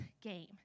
game